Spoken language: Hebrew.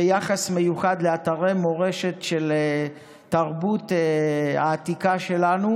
יחס מיוחד לאתרי מורשת של התרבות העתיקה שלנו.